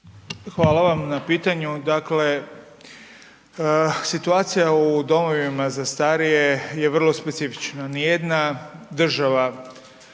Hvala vam na pitanju. Dakle, situacija u domovima za starije je vrlo specifična. Nijedna država